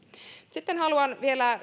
sitten haluan vielä